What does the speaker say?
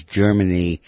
germany